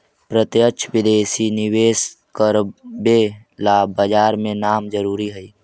प्रत्यक्ष विदेशी निवेश करवे ला बाजार में नाम जरूरी है